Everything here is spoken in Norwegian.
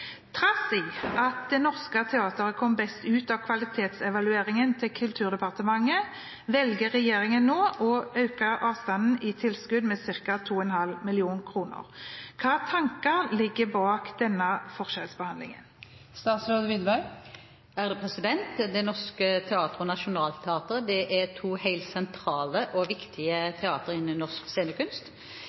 Trass i at Det Norske Teatret kom best ut av kvalitetsevalueringen til Kulturdepartementet, velger regjeringen å øke avstanden i tilskudd med ca. 2,5 mill. kroner. Hvilke tanker ligger bak denne forskjellsbehandlingen?» Det Norske Teatret og Nationaltheatret er to helt sentrale og viktige teatre innen norsk